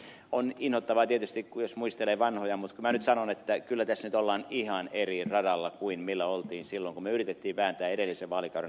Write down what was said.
on inhottavaa tietysti jos muistelee vanhoja mutta kyllä minä nyt sanon että kyllä tässä nyt ollaan ihan eri radalla kuin millä oltiin silloin kun yritimme vääntää edellisen vaalikauden aikaan